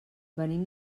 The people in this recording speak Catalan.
venim